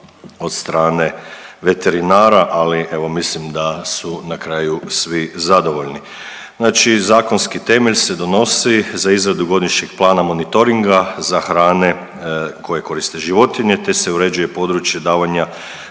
od strane veterinara ali evo mislim da su na kraju svi zadovoljni. Znači zakonski temelj se donosi za izradu godišnjeg plana monitoringa za hrane koje koriste životinje te se uređuje područje davanja